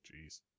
Jeez